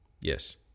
Yes